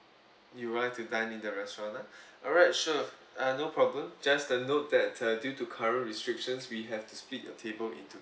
you want to dine in the restaurant ah alright sure uh no problem just a note that uh due to current restrictions we have to split your table into